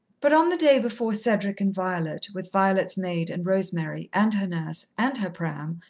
but on the day before cedric and violet, with violet's maid, and rosemary, and her nurse, and her pram,